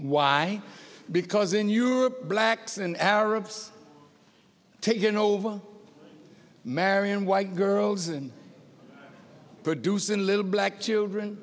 why because in europe blacks and arabs taken over mary and white girls and producing little black children